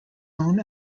own